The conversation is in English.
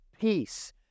peace